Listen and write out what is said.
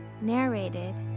Narrated